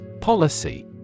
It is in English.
Policy